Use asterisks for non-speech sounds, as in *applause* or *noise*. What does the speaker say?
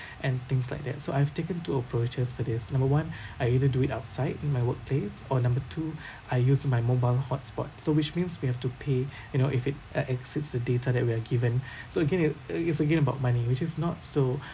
and things like that so I've taken two approaches for this number one *breath* I either do it outside in my workplace or number two *breath* I use my mobile hotspot so which means we have to pay *breath* you know if it e~ exceeds the data that we are given *breath* so again it uh it's again about money which is not so *breath*